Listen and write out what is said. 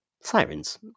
sirens